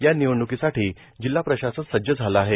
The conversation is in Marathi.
या निवडणूकीसाठी जिल्हा प्रशासन सज्ज झाले आहे